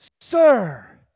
Sir